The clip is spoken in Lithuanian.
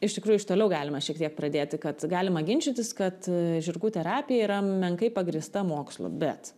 iš tikrųjų iš toliau galima šiek tiek pradėti kad galima ginčytis kad žirgų terapija yra menkai pagrįsta mokslu bet